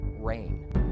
rain